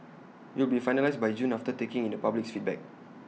IT will be finalised by June after taking in the public's feedback